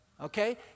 Okay